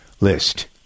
list